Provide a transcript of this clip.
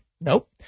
Nope